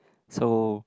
so